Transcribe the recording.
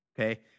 okay